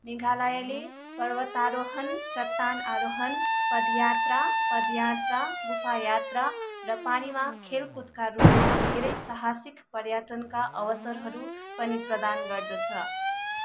मेघालयले पर्वतारोहण चट्टान आरोहण पदयात्रा पदयात्रा गुफायात्रा र पानीमा खेलकुदका रुपमा धेरै साहसिक पर्यटनका अवसरहरू पनि प्रदान गर्दछ